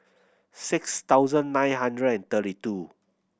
six thousand nine hundred and thirty two